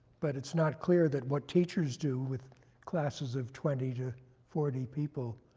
but it's not clear that what teachers do with classes of twenty to forty people